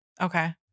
Okay